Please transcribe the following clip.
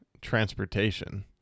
transportation